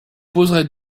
poserai